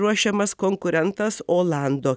ruošiamas konkurentas olando